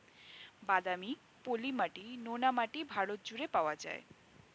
বাদামি, পলি মাটি, নোনা মাটি ভারত জুড়ে পাওয়া যায়